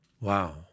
Wow